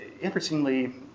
interestingly